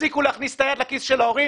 תפסיקו להכניס את היד לכיס של ההורים.